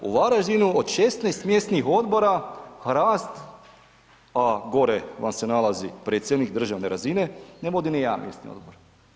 U Varaždinu od 16 mjesnih odbora, Hrast, a gore vam se nalazi predsjednik državne razine, ne vodi nijedan mjesni odbor.